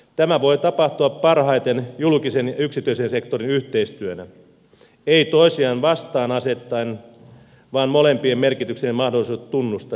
tämä voi tapahtua parhaiten julkisen ja yksityisen sektorin yhteistyönä ei toisiaan vastaan asettaen vaan molempien merkityksen ja mahdollisuudet tunnustaen ja tunnistaen